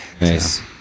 Nice